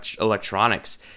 electronics